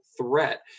threat